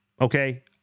Okay